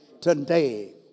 today